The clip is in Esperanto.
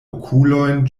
okulojn